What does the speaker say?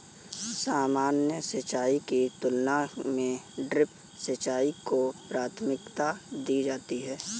सामान्य सिंचाई की तुलना में ड्रिप सिंचाई को प्राथमिकता दी जाती है